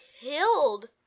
killed